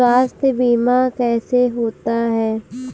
स्वास्थ्य बीमा कैसे होता है?